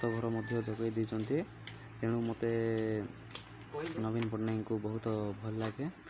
ତ ଘର ମଧ୍ୟ ଯୋଗାଇ ଦେଇଛନ୍ତି ତେଣୁ ମୋତେ ନବୀନ ପଟ୍ଟନାୟକଙ୍କୁ ବହୁତ ଭଲ ଲାଗେ